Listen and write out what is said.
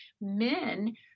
men